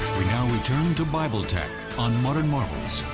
we now return to bible tech on modern marvels.